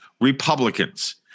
Republicans